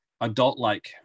adult-like